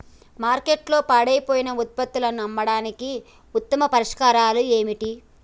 మార్కెట్లో పాడైపోయిన ఉత్పత్తులను అమ్మడానికి ఉత్తమ పరిష్కారాలు ఏమిటి?